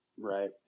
Right